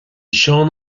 seán